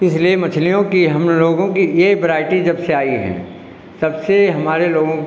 इसलिए मछलियों की हम लोगों की यह ब्राइटी जबसे आई हैं तब से हमारे लोगों